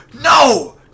no